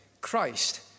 Christ